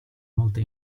molte